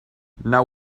now